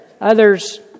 others